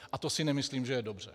A to si nemyslím, že je dobře.